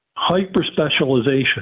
hyper-specialization